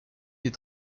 des